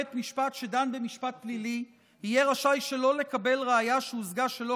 בית משפט שדן במשפט פלילי יהיה רשאי שלא לקבל ראיה שהושגה שלא